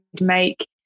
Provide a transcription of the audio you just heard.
make